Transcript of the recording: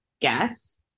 guess